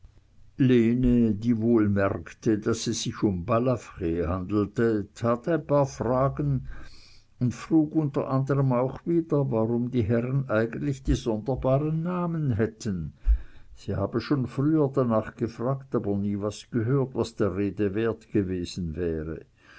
die wohl merkte daß es sich um balafr handelte tat ein paar fragen und frug unter anderm auch wieder warum die herren eigentlich die sonderbaren namen hätten sie habe schon früher danach gefragt aber nie was gehört was der rede wert gewesen wäre